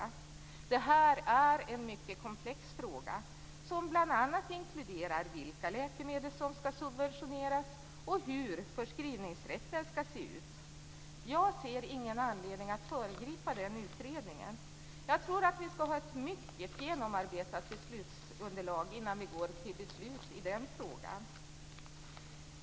Det här är en mycket komplex fråga, som bl.a. inkluderar vilka läkemedel som ska subventioneras och hur förskrivningsrätten ska se ut. Jag ser ingen anledning att föregripa den utredningen. Jag tror att vi ska ha ett mycket genomarbetat beslutsunderlag innan vi går till beslut i den frågan.